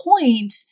point